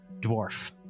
dwarf